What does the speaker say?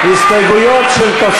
ההסתייגויות לסעיף